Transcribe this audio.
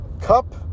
Cup